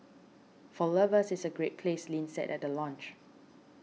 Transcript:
for lovers it's a great place Lin said at the launch